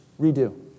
Redo